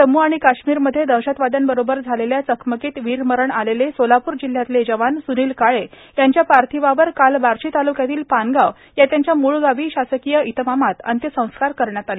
जम्म् आणि काश्मीरमध्ये दहशतवाद्यांबरोबर झालेल्या चकमकीत वीरमरण आलेले सोलापूर जिल्हयातले जवान सूनील काळे यांच्या पार्थिव देहावर काल बार्शी तालुक्यातील पानगाव या त्यांच्या मूळ गावी शासकीय इतमामात अंत्यसंस्कार करण्यात आले